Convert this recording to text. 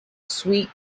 sweet